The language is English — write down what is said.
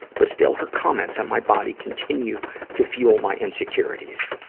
but still, her comments on my body continue to fuel my insecurities.